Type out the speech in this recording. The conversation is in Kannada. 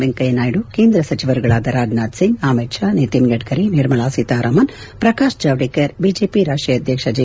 ವೆಂಕಯ್ಕನಾಯ್ಟು ಕೇಂದ್ರ ಸಚಿವರುಗಳಾದ ರಾಜನಾಥ್ ಸಿಂಗ್ ಅಮಿತ್ ಷಾ ನಿತಿನ್ ಗಡ್ಕರಿ ನಿರ್ಮಲಾ ಸೀತಾರಾಮನ್ ಪ್ರಕಾಶ್ ಜಾವ್ವೇಕರ್ ಬಿಜೆಪಿ ರಾಷ್ಟೀಯ ಅಧ್ಯಕ್ಷ ಜೆ